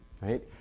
right